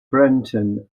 breton